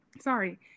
sorry